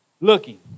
Looking